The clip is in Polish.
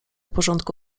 porządku